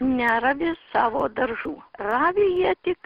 neravi savo daržų ravi jie tik